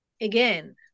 again